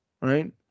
right